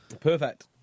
Perfect